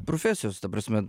profesijos ta prasme